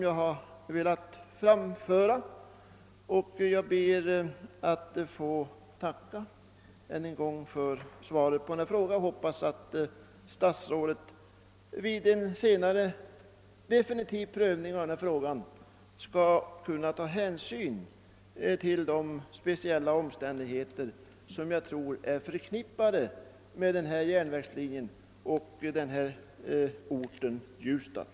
Jag ber ait få tacka än en gång för svaret på min interpellation och hoppas att statsrådet vid en senare, definitiv prövning skall kunna ta hänsyn till de speciella omständigheter, som enligt min mening är förknippade med denna järnvägslinje och denna ort, Ljusdal.